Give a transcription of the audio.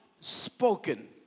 Spoken